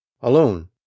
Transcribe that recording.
alone